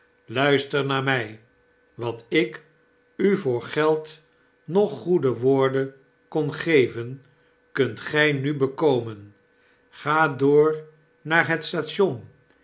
luister naar my wat ik u voor geld noch goede woorden kon geven kunt gij nu bekomen ga door naar het station